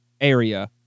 area